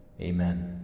Amen